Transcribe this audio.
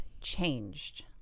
changed